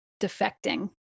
defecting